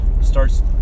starts